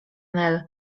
nel